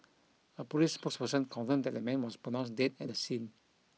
a police spokesperson confirmed that the man was pronounced dead at the scene